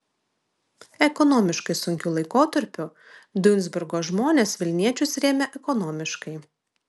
ekonomiškai sunkiu laikotarpiu duisburgo žmonės vilniečius rėmė ekonomiškai